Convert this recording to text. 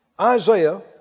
Isaiah